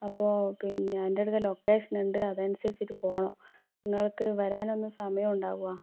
അപ്പോൾ പിന്നെ എന്റടുത്ത് ലൊക്കേഷനുണ്ട് അതനുസരിച്ചിട്ട് പോകണം നിങ്ങൾക്ക് വരാനൊന്നു സമയമുണ്ടാവോ